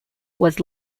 was